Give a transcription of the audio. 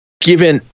given